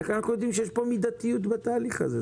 איך אנחנו יודעים שיש כאן מידתיות בתהליך הזה?